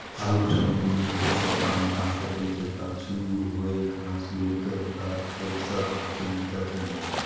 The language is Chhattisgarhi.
आघु कर समे में एही सब काम घांस कटई कर पाछू होए घांस लुवई कर बात होए सब हांथे में करत रहिन